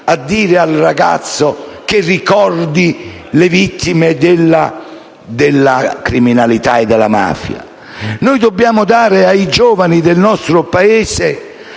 a dire al ragazzo di ricordarsi delle vittime della criminalità e della mafia. Noi dobbiamo dare ai giovani del nostro Paese